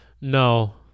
No